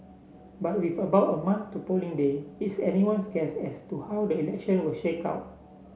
but with about a month to polling day it's anyone's guess as to how the election will shake out